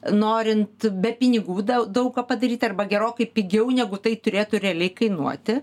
norint be pinigų daug daug ką padaryti arba gerokai pigiau negu tai turėtų realiai kainuoti